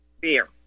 beer